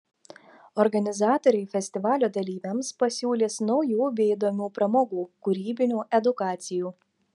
organizatoriai festivalio dalyviams pasiūlys naujų bei įdomių pramogų kūrybinių edukacijų